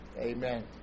Amen